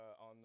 on